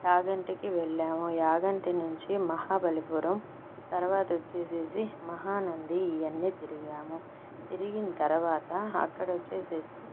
యాగంటికి వెళ్ళాము యాగంటి నుంచి మహాబలిపురం తర్వాత వచ్చేసేసి మహానంది ఇవన్నీ తిరిగాము తిరిగిన తర్వాత అక్కడకి వచ్చేసేసి